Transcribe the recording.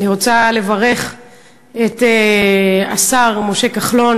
אני רוצה לברך את השר משה כחלון